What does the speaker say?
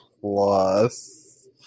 plus